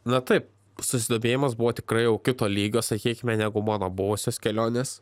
na taip susidomėjimas buvo tikrai jau kito lygio sakykime negu mano buvusios kelionės